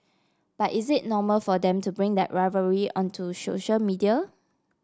but is it normal for them to bring that rivalry onto social media